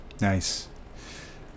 Nice